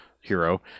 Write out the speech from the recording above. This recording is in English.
hero